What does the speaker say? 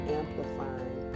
amplifying